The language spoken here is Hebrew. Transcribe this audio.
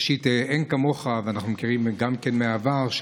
ראשית, אין כמוך, ואנחנו מכירים גם כן מהעבר.